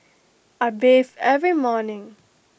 I bathe every morning